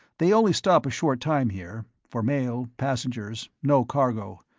they only stop a short time here, for mail, passengers no cargo.